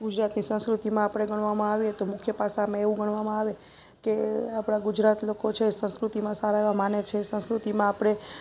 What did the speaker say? ગુજરાતી સંસ્કૃતિમાં આપણે ગણવામાં આવે તો મુખ્ય પાસામાં એવું ગણવામાં આવે કે આપણા ગુજરાત લોકો છે સંસ્કૃતિમાં સારા એવા માને છે સંસ્કૃતિમાં આપણે